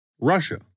Russia